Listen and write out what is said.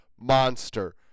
monster